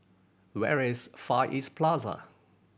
where is Far East Plaza